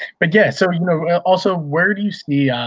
but yeah, so you know also, where do you see,